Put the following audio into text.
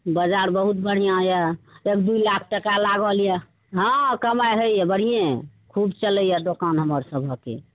बजार बहुत बढ़िआँ यऽ एक दू लाख टाका लागल यऽ हँ कमाइ होइए बढ़ियें खूब चलैये दोकान हमर सभके